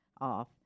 off